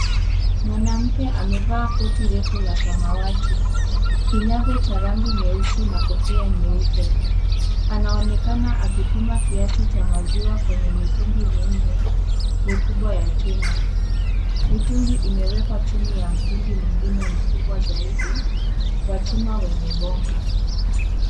Mwanamke amevaa koti refu la samawati, kinyago cha rangi nyeusi na kofia nyeupe, anaonekana akipima kiasi cha maziwa kwenye mitungi minne, mikubwa ya chuma, mitungi imewekwa chini ya mtungi mwingine mkubwa zaidi, wa chuma wenye bomba.